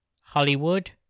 Hollywood